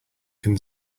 can